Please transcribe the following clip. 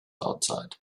outside